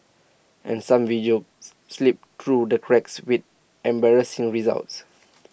and some videos slip through the cracks with embarrassing results